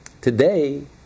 today